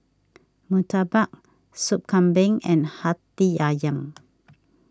Murtabak Sup Kambing and Hati Ayam